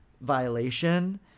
violation